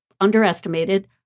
underestimated